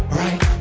right